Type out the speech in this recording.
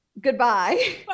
Goodbye